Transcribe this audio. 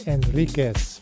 Enriquez